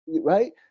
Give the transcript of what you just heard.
Right